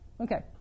Okay